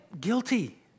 guilty